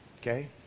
Okay